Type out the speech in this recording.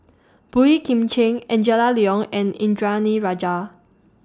Boey Kim Cheng Angela Liong and Indranee Rajah